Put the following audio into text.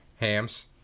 hams